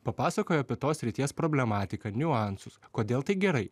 papasakoja apie tos srities problematiką niuansus kodėl tai gerai